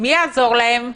מי יעזור להם?